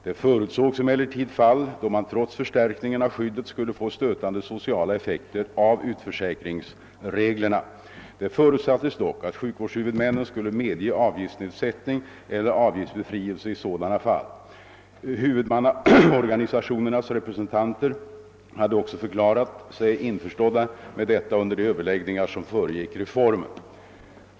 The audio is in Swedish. Det förutsågs emellertid fall då man trots förstärkningen av skyddet skulle få stötande sociala effekter av utförsäkringsreglerna. Det förutsattes dock att sjukvårdshuvudmännen skulle medge avgiftsnedsättning eller avgiftsbefrielse i sådana fall. Huvudmannaorganisationernas re presentanter hade också förklarat sig införstådda med detta under de överläggningar som föregick reformen.